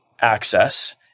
access